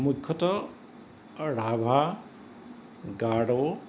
মুখ্যতঃ ৰাভা গাৰো